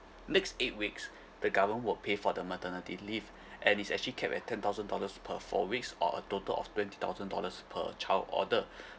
next eight weeks the government will pay for the maternity leave and it's actually kept at ten thousand dollars per four weeks or a total of twenty thousand dollars per child order